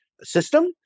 system